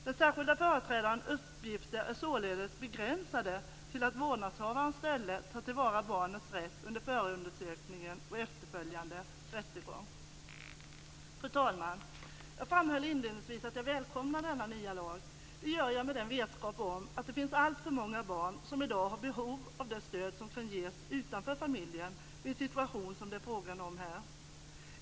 Den särskilda företrädarens uppgifter är således begränsade till att i vårdnadshavarens ställe ta till vara barnets rätt under förundersökningen och i efterföljande rättegång. Fru talman! Jag framhöll inledningsvis att jag välkomnar denna nya lag. Det gör jag med vetskap om att det finns alltför många barn som i dag har behov av det stöd som kan ges utanför familjen vid en situation som det är fråga om här.